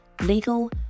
legal